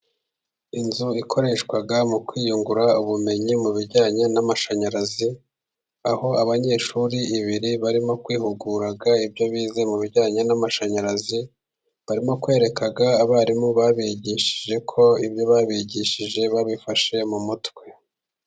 Inzu ikoreshwa mu kwiyungura ubumenyi mu bijyanye n'amashanyarazi ,aho abanyeshuri babiri barimo kwihugura ibyo bize mu bijyanye n'amashanyarazi ,barimo kwereka abarimu babigishije ko ibyo babigishije, babifashe mu mutwe.